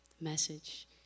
message